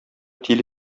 тиле